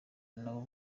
nabo